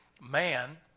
man